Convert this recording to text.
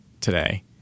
today